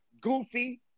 Goofy